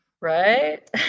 Right